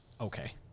Okay